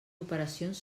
operacions